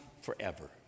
forever